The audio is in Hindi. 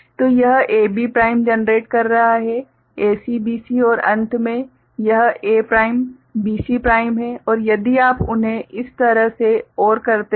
तो यह AB प्राइम जनरेट कर रहा है ACBC और अंत में यह A प्राइम BC प्राइम है और यदि आप उन्हें इस तरह से OR करते है